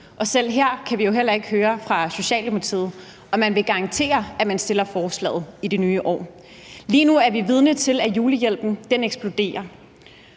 selv her kan vi jo heller ikke høre fra Socialdemokratiet, om man vil garantere, at man fremsætter forslaget i det nye år. Lige nu er vi vidne til, at julehjælpen eksploderer,